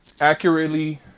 accurately